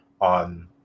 on